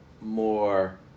more